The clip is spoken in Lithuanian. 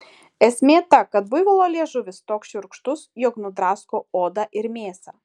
esmė ta kad buivolo liežuvis toks šiurkštus jog nudrasko odą ir mėsą